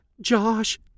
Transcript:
Josh